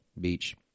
Beach